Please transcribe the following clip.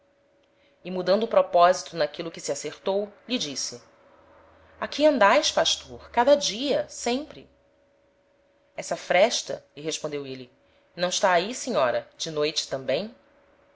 e mudando o proposito n'aquilo que se acertou lhe disse aqui andaes pastor cada dia sempre essa fresta lhe respondeu êle não está ahi senhora de noite tambem